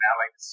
Alex